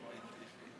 הוא ביקש שתרשום אותו